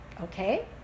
okay